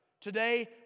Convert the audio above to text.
Today